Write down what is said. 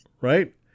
Right